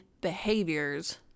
behaviors